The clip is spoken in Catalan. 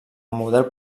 model